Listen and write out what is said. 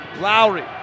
Lowry